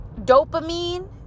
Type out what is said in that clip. dopamine